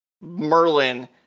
Merlin